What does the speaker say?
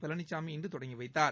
பழனிசாமி இன்று தொடங்கி வைத்தார்